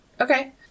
Okay